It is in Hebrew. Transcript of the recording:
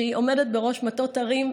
שעומדת בראש "מטות ערים",